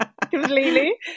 completely